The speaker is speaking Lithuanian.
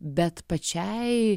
bet pačiai